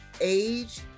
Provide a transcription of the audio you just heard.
age